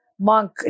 Monk